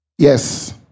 Yes